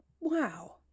Wow